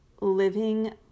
living